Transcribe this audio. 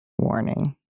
Warning